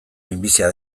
minbizia